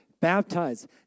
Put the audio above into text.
baptized